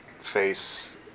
face